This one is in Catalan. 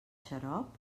xarop